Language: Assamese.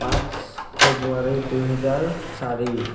পাঁচ ফেব্ৰুৱাৰী দুহেজাৰ চাৰি